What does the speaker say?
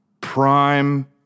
prime